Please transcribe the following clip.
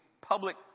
public